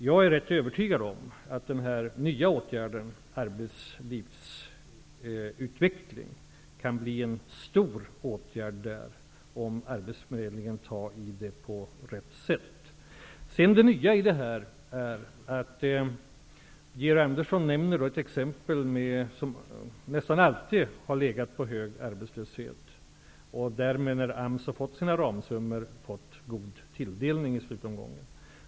Jag är övertygad om att den nya åtgärden, arbetslivsutveckling, kan bli en stor åtgärd där, om arbetsförmedlingen hanterar detta på rätt sätt. Georg Andersson nämner en ort som nästan alltid har haft hög arbetslöshet. AMS har där fått god tilldelning i slutomgången.